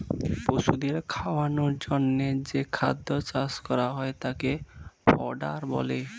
পশুদের খাওয়ানোর জন্যে যেই খাদ্য চাষ করা হয় তাকে ফডার বলে